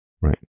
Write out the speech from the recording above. right